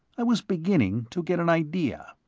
i was beginning to get an idea.